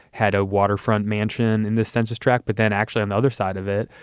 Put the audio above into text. had a waterfront mansion in this census tract. but then actually on the other side of it,